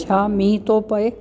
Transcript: छा मींहं थो पए